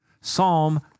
Psalm